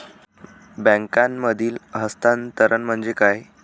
बँकांमधील हस्तांतरण म्हणजे काय?